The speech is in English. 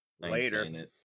later